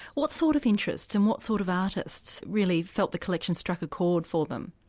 what sort of interests and what sort of artists really felt the collection struck a chord for them?